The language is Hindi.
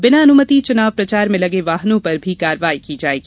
बिना अनुमति चुनाव प्रचार में लगे वाहनों पर भी कार्रवाई की जाएगी